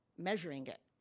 measuring it.